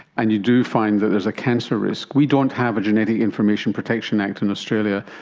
and you do find that there is a cancer risk, we don't have a genetic information protection act in australia,